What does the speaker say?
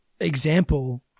example